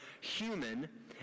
human